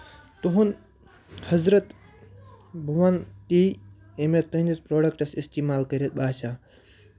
تُہُنٛد حضرت بہٕ وَنہٕ تی یہِ مےٚ تٔہٕنٛدِس پرٛوڈَکٹَس اِستعمال کٔرِتھ باسیٚو